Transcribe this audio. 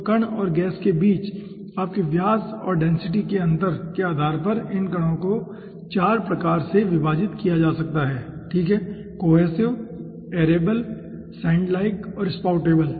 तो कण और गैस के बीच आपके व्यास और डेंसिटी के अंतर के आधार पर इन कणों को 4 प्रकार से प्राप्त किया जा सकता है ठीक है कोहेसिव एयरेबल सैंड लाइक और स्पाउटेबल